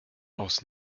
aus